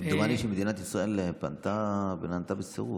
כמדומני, מדינת ישראל פנתה ונענתה בסירוב.